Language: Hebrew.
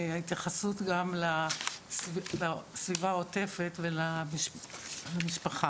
ההתייחסות גם לסביבה העוטפת ולמשפחה.